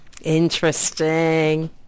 Interesting